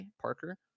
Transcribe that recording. Parker